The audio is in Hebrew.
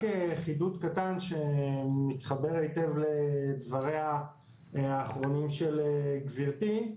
חידוד קטן שמתחבר היטב לדבריה האחרונים של גבירתי,